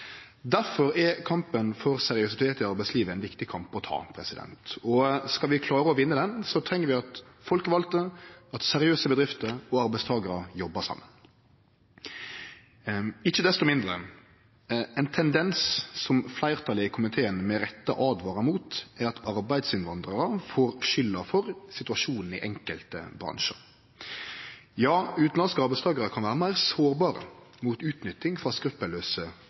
er kampen for seriøsitet i arbeidslivet ein viktig kamp å ta. Skal vi klare å vinne han, treng vi at folkevalde, seriøse bedrifter og arbeidstakarar jobbar saman. Ikkje desto mindre: Ein tendens som fleirtalet i komiteen med rette åtvarar mot, er at arbeidsinnvandrarar får skylda for situasjonen i enkelte bransjar. Ja, utanlandske arbeidstakarar kan vere meir sårbare for utnytting frå